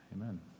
Amen